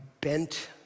bent